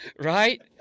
right